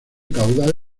caudal